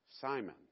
Simon